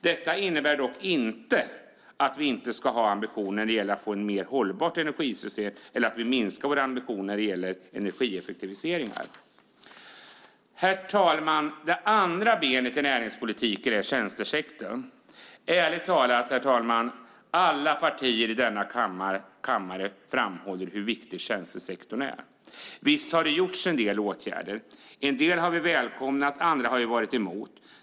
Detta innebär dock inte att vi inte ska ha ambitioner när det gäller att få ett mer hållbart energisystem eller att vi minskar våra ambitioner när det gäller energieffektivisering. Herr talman! Det andra benet i näringspolitiken är tjänstesektorn. Ärligt talat, herr talman: Alla partier i denna kammare framhåller hur viktig tjänstesektorn är. Visst har det vidtagits en del åtgärder - en del har vi välkomnat, och andra har vi varit emot.